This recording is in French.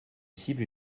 cible